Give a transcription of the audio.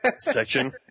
section